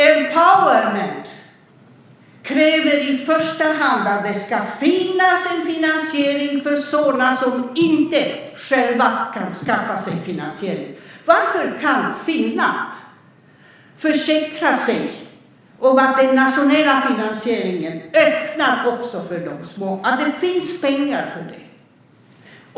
"Empowerment" kräver i första hand att det ska finnas en finansiering för sådana som inte själva kan skaffa sig finansiering. Varför kan Finland försäkra sig om att den nationella finansieringen öppnar också för de små, att det finns pengar för dem?